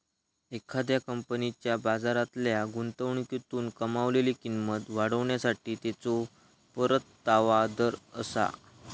एखाद्या कंपनीच्या बाजारातल्या गुंतवणुकीतून कमावलेली किंमत वाढवण्यासाठी त्याचो परतावा दर आसा